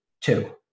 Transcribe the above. two